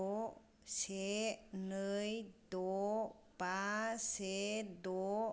द' से नै द' बा से द'